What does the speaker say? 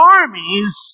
armies